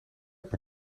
per